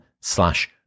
slash